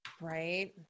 Right